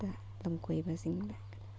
ꯗ ꯂꯝ ꯀꯣꯏꯕꯁꯤꯡ ꯂꯥꯛꯀꯅꯤ